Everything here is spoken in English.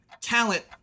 talent